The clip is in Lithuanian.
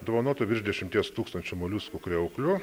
dovanotų virš dešimties tūkstančių moliuskų kriauklių